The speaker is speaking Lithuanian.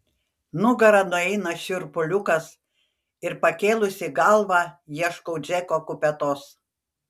nugara nueina šiurpuliukas ir pakėlusi galvą ieškau džeko kupetos